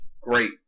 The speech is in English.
great